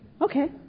Okay